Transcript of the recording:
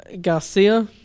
Garcia